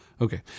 Okay